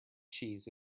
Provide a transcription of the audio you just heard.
cheese